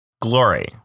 glory